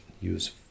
use